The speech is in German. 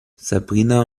sabrina